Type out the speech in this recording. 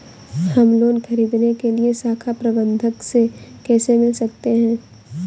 हम लोन ख़रीदने के लिए शाखा प्रबंधक से कैसे मिल सकते हैं?